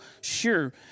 sure